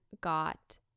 got